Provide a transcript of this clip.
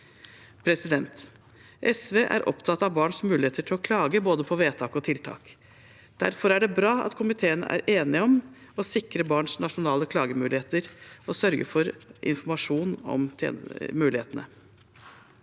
SV er opptatt av barns muligheter til å klage på både vedtak og tiltak. Derfor er det bra at komiteen er enig om å sikre barns nasjonale klagemuligheter og sørge for informasjon om disse mulighetene.